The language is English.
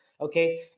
Okay